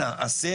אני אתן